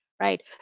Right